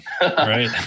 right